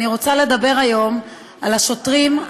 אני רוצה לדבר היום על השוטרים,